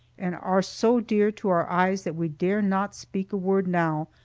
and are so dear to our eyes that we dare not speak a word now,